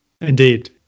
indeed